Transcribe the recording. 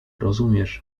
rozumiesz